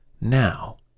Now